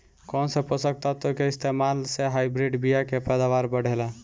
कौन से पोषक तत्व के इस्तेमाल से हाइब्रिड बीया के पैदावार बढ़ेला?